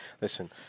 Listen